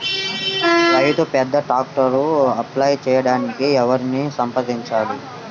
రైతు పెద్ద ట్రాక్టర్కు అప్లై చేయడానికి ఎవరిని సంప్రదించాలి?